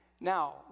now